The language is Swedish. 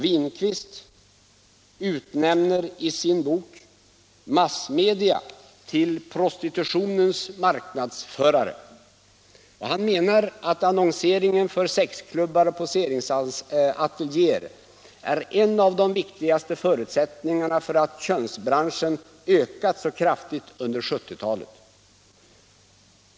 Winqvist utnämner i sin bok massmedia till prostitutionens marknadsförare. Han menar att annonseringen för sexklubbar och poseringsateljéer är en av de viktigaste förutsättningarna för att könsbranschen ökat så kraftigt under 1970-talet.